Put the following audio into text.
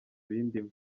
bindimo